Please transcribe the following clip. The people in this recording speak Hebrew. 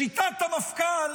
לשיטת המפכ"ל,